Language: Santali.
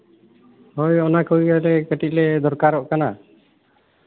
ᱦᱳᱭ ᱚᱱᱟ ᱠᱚᱜᱮ ᱟᱞᱮ ᱠᱟᱹᱴᱤᱡ ᱞᱮ ᱫᱚᱨᱠᱟᱨᱚᱜ ᱠᱟᱱᱟ